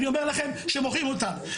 אני אומר לך שמוכרים אותם.